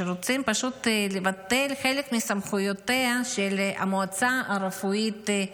שרוצים פשוט לבטל חלק מסמכויותיה של המועצה הרפואית,